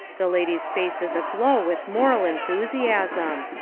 the lady's face is aglow with moral enthusiasm.